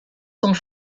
sont